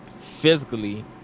physically